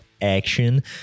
action